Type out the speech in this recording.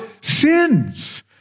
sins